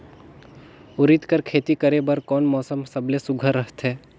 उरीद कर खेती करे बर कोन मौसम सबले सुघ्घर रहथे?